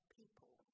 people